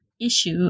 issue